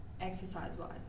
exercise-wise